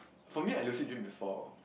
for me I lucid dream before